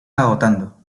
agotando